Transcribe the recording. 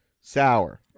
sour